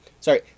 sorry